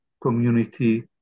community